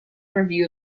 review